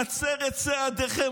נצר את צעדיכם.